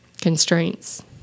constraints